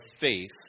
faith